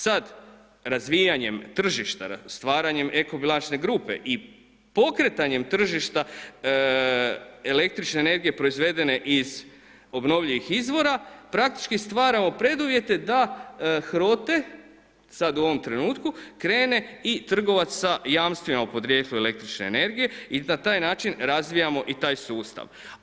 Sada razvijanjem tržišta, stvaranjem eko-bilančne grupe i pokretanjem tržišta električne energije proizvedene iz obnovljivih izvora praktički stvaramo preduvjete da HROTE sada u ovom trenutku krene i trgovac sa jamstvima o podrijetlu električne energije i da na taj način razvijamo i taj sustav.